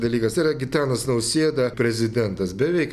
dalykas yra gitanas nausėda prezidentas beveik